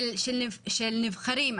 של נבחרים.